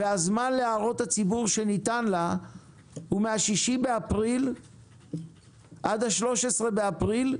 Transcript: והזמן להערות הציבור שניתן לה הוא מה-6 באפריל עד ה-13 באפריל,